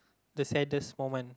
the saddest moment